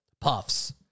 Puffs